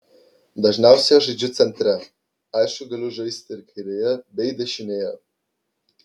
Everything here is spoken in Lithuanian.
dažniausiai aš žaidžiu centre aišku galiu žaisti ir kairėje bei dešinėje